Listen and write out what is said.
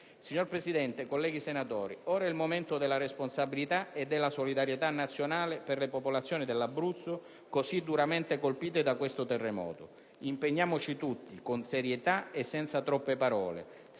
Signor Presidente, colleghi senatori, ora è il momento della responsabilità e della solidarietà nazionale per le popolazioni dell'Abruzzo, così duramente colpite da questo terremoto. Impegniamoci tutti, con serietà e senza troppe parole.